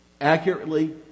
accurately